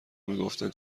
میگفتن